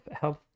health